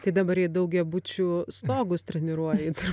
tai dabar penkių daugiabučių stogus treniruoji tur